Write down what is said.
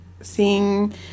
seeing